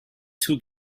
two